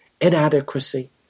inadequacy